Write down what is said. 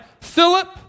Philip